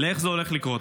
לאיך זה הולך לקרות.